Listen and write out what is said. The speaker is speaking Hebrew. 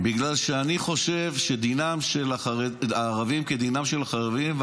בגלל שאני חושב שדינם של הערבים כדינם של החרדים,